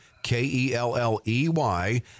K-E-L-L-E-Y